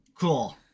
Cool